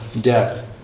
death